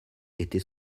était